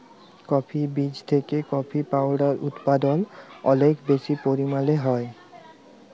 coffee বীজ থেকে coffee powder উদপাদল অলেক বেশি পরিমালে হ্যয়